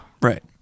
Right